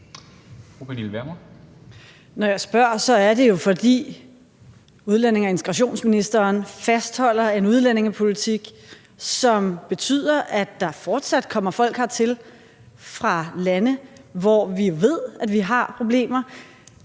Når jeg spørger, er det jo, fordi udlændinge- og integrationsministeren fastholder en udlændingepolitik, som betyder, at der fortsat kommer folk hertil fra lande, hvor vi ved vi har problemer.